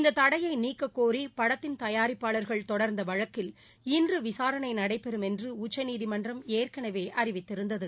இந்த தடையை நீக்கக்கோரி படத்தின் தயாரிப்பாளர்கள் தொடர்ந்த வழக்கில் இன்று விசாரணை நடைபெறும் என்று உச்சநீதிமன்றம் ஏற்கனவே அறிவித்திருந்தது